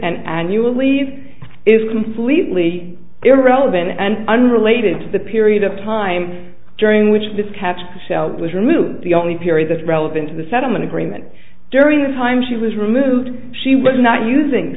annual leave is completely irrelevant and unrelated to the period of time during which this catch was removed the only period that's relevant to the settlement agreement during the time she was removed she was not using